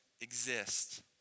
exist